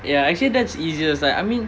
ya actually that's easier it's like I mean